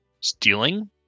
stealing